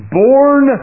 born